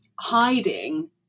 hiding